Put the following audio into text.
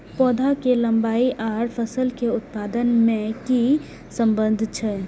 पौधा के लंबाई आर फसल के उत्पादन में कि सम्बन्ध छे?